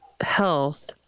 health